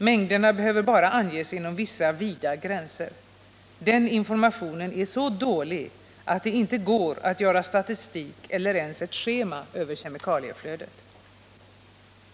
Mängderna behöver anges inom vissa vida gränser. Den informationen är så dålig att det inte går att göra statistik eller ens ett schema över kemikalieflödet.